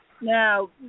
Now